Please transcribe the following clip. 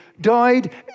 died